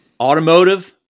Automotive